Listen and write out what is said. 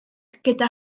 gyda